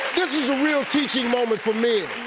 this is a real teaching moment for me.